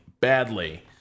badly